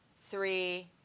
three